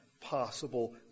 possible